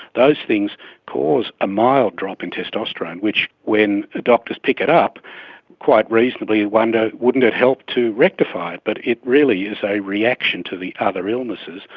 those things cause a mild drop in testosterone which, when doctors pick it up quite reasonably wonder wouldn't it help to rectify it. but it really is a reaction to the other illnesses,